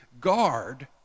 guard